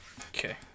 Okay